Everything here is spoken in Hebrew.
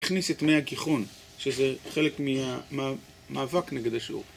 הכניס את מאי הגיחון, שזה חלק מהמאבק נגד השיעור